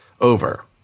over